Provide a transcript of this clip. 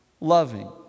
loving